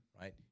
right